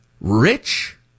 rich